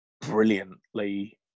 brilliantly